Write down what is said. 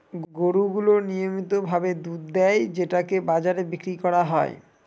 গরু গুলো নিয়মিত ভাবে দুধ দেয় যেটাকে বাজারে বিক্রি করা হয়